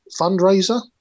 fundraiser